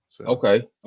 Okay